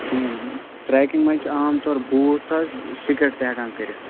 کِہیٖنٛۍ ٹرٛیکِنٛگ منٛز چھِ عام طور بوٗٹھ حظ سِکیٚڈ تہِ ہٮ۪کان کٔرِتھ